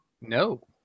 No